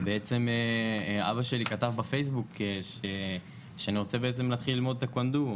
ובעצם אבא שלי כתב בפייסבוק שאני רוצה בעצם להתחיל ללמוד טקוונדו.